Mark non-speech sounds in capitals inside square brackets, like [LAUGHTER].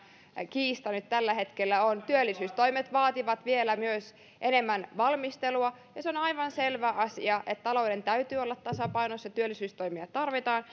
kiista nyt tällä hetkellä on työllisyystoimet vaativat vielä myös enemmän valmistelua ja se on aivan selvä asia että talouden täytyy olla tasapainossa työllisyystoimia tarvitaan [UNINTELLIGIBLE]